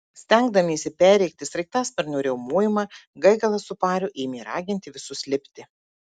stengdamiesi perrėkti sraigtasparnio riaumojimą gaigalas su pariu ėmė raginti visus lipti